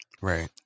Right